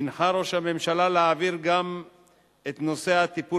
הנחה ראש הממשלה להעביר גם את נושא הטיפול